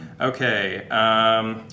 Okay